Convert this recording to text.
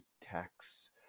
tax